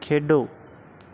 ਖੇਡੋ